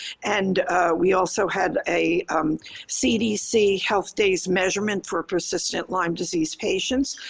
and we also had a cdc health days measurement for persistent lyme disease patients.